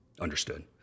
understood